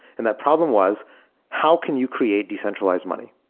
and that problem was how can you create decentralized money?